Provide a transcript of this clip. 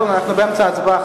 אנחנו באמצע ההצבעה,